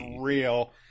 real